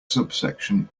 subsection